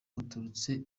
uturutse